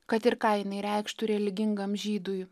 kad ir ką jinai reikštų religingam žydui